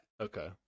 Okay